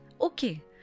Okay